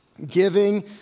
Giving